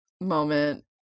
moment